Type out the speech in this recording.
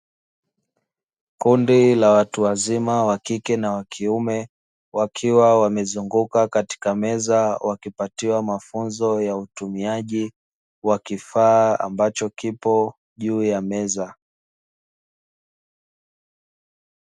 Kundi la watu wazima wa kike na wakiume wakiwa wamezunguka katika meza wakipatiwa mafunzo ya utumiaji, wa kifaa ambacho kipo juu ya meza.